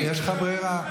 אז יש לך ברירה: